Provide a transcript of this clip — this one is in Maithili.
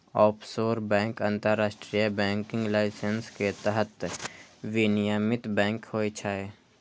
ऑफसोर बैंक अंतरराष्ट्रीय बैंकिंग लाइसेंस के तहत विनियमित बैंक होइ छै